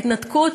ההתנתקות,